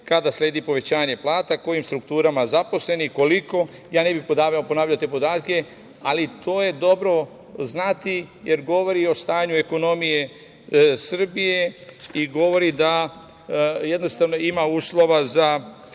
kada sledi povećanje plata, kojim strukturama zaposlenih i koliko, ja ne bih ponavljao te podatke, ali to je dobro znati, jer govori i o stanju ekonomije Srbije i govori da, jednostavno, ima uslova za